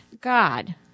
God